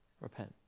Repent